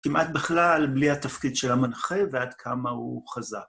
כמעט בכלל בלי התפקיד של המנחה ועד כמה הוא חזק.